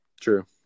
True